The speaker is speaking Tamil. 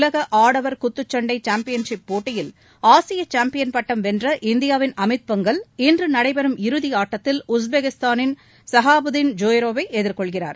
உலக ஆடவர் குத்துச்சண்டை சேம்பியன்ஷிப் போட்டியில் ஆசிய சேம்பியன் பட்டம் வென்ற இந்தியாவின் அமித் பங்கல் இன்று ரஷ்யாவில் நடைபெறும் இறுதி ஆட்டத்தில் உஸ்பெகிஸ்தானின் சகாபுதீன் ஜோய்ரோவை எதிர்கொள்கிறார்